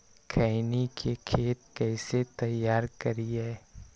खैनी के खेत कइसे तैयार करिए?